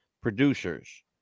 Producers